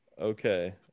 Okay